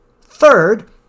Third